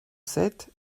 sept